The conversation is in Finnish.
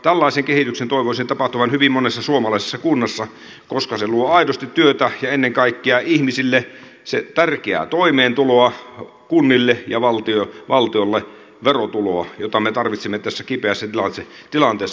tällaisen kehityksen toivoisin tapahtuvan hyvin monessa suomalaisessa kunnassa koska se luo aidosti työtä ja ennen kaikkea ihmisille tärkeää toimeentuloa kunnille ja valtiolle verotuloa jota me tarvitsemme tässä kipeässä tilanteessa